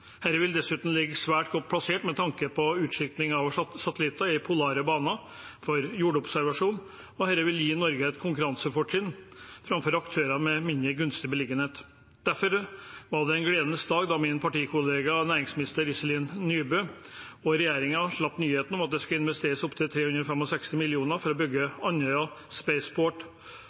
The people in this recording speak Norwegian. vil dessuten ligge svært godt plassert med tanke på utskyting av satellitter i polare baner for jordobservasjon, og dette vil gi Norge et konkurransefortrinn framfor aktører med mindre gunstig beliggenhet. Derfor var det en gledens dag da min partikollega næringsminister Iselin Nybø og regjeringen slapp nyheten om at det skulle investeres opptil 365 mill. kr for å bygge Andøya